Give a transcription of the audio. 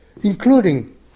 including